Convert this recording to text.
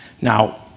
Now